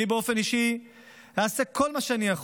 אני באופן אישי אעשה כל מה שאני יכול